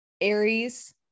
Aries